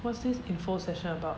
what's this info session about